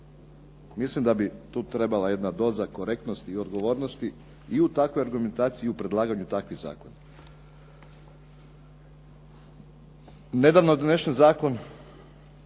Mislim da bi tu trebala jedna doza korektnosti i odgovornosti i u takvoj argumentaciji i u predlaganju takvih zakona. Nedavno je donesen Zakon